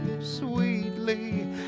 sweetly